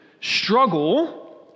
struggle